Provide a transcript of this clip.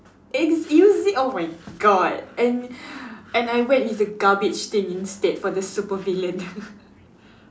excuse you oh my god and and I went with the garbage thing instead for the super villain